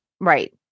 Right